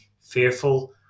fearful